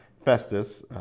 Festus